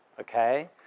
okay